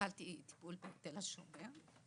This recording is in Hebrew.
קיבלתי טיפול בתל השומר.